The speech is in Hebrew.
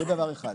זה דבר אחד,